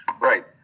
Right